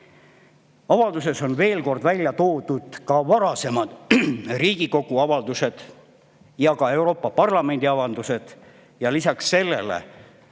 Avalduses on veel kord välja toodud varasemad Riigikogu avaldused ja ka Euroopa Parlamendi avaldused. Lisaks sellele